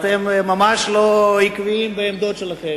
אתם ממש לא עקביים בעמדות שלכם.